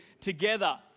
together